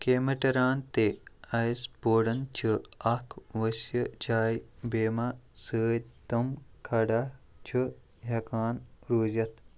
کے میٚٹِران تہِ آیِس بورڈن چھُ اکھ وسیع چاے بیٖما سۭتۍ تِم کھڑا چھِ ہیٚکان روٗزِتھ